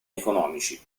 economici